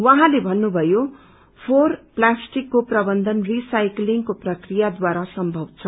उहाँले भन्नुभयो फोहोर प्लास्टिकाके प्रवन्धन रिसाक्लिंगको प्रक्रियाद्वारा सम्भव छ